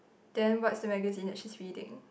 then what's the magazine that she's reading